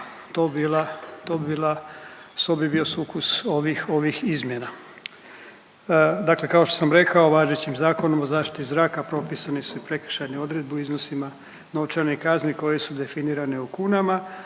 to bi bio sukus ovih, ovih izmjena. Dakle kao što sam rekao važećim Zakonom o zaštiti zraka propisane su prekršajne odredbe u iznosima novčanih kazni koje su definirane u kunama,